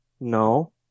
No